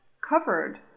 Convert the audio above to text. covered